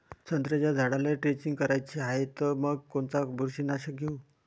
संत्र्याच्या झाडाला द्रेंचींग करायची हाये तर मग कोनच बुरशीनाशक घेऊ?